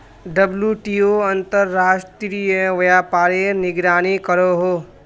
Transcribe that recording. WTO अंतर्राश्त्रिये व्यापारेर निगरानी करोहो